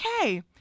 okay